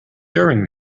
during